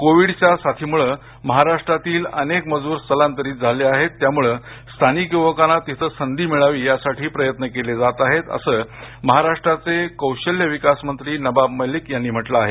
कोविडच्या साथीमुळे महाराष्ट्रातील अनेक मजूर स्थलांतरित झाले आहेत त्यामुळे स्थानिक युवकांना तिथं संधी मिळावी यासाठी प्रयत्न केले जात आहेत असं महाराष्ट्राचे कौशल्य विकास मंत्री नबाब मलिक यांनी म्हंटल आहे